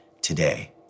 today